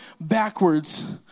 backwards